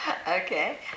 Okay